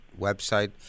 website